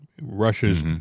Russia's